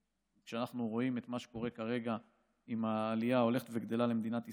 כשאנחנו רואים את מה שקורה כרגע עם העלייה ההולכת וגדלה למדינת ישראל,